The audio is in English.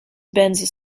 benz